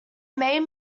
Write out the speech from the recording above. made